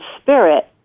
spirit